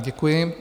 Děkuji.